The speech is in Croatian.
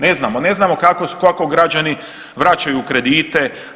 Ne znamo, ne znamo kako građani vraćaju kredite.